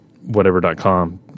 whatever.com